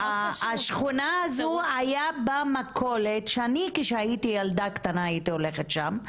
השכונה הזו היתה בה מכולת שאני כשהייתי ילדה קטנה הייתי הולכת לשם,